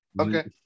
Okay